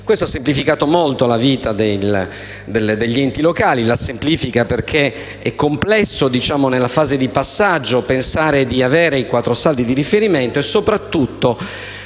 Questo semplifica molto la vita degli enti locali e la semplifica perché è complesso, in fase di passaggio, pensare di avere pronti i quattro saldi di riferimento e soprattutto